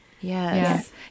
yes